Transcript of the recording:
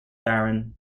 baron